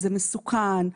זה מסוכן,